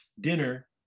Dinner